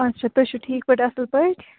اچھا تُہۍ چھُ ٹھیٖک پٲٹھۍ اَصٕل پٲٹھۍ